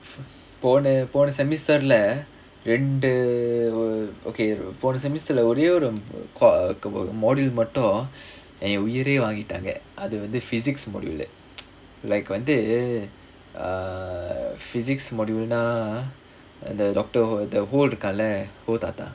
போன போன:pona pona semester lah ரெண்டு:rendu okay போன:pona semester leh ஒரே ஒரு:orae oru module மட்டும் என் உயிரையே வாங்கிட்டாங்க அது வந்து:mattum en uyiraiyae vaangaittaanga athu vanthu physics module like வந்து:vanthu err physics module நா அந்த:naa antha doctor the whole இருக்கானுல:irukkaanula